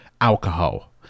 alcohol